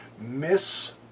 miss